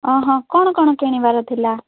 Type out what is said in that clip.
ହଁ ହଁ କ'ଣ କ'ଣ କିଣିବାର ଥିଲା